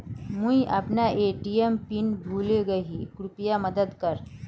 मुई अपना ATM PIN भूले गही कृप्या मदद कर